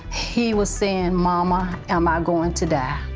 he was saying, mama, am i going to die?